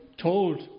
told